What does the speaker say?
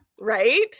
Right